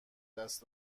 دست